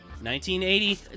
1980